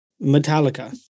Metallica